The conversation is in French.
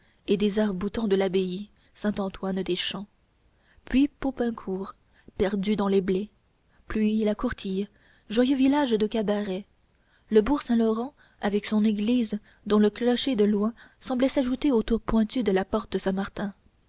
et des arcs-boutants de l'abbaye saint-antoine des champs puis popincourt perdu dans les blés puis la courtille joyeux village de cabarets le bourg saint-laurent avec son église dont le clocher de loin semblait s'ajouter aux tours pointues de la porte saint-martin